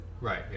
Right